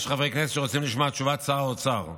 יש חברי כנסת שרוצים לשמוע את תשובת שר האוצר.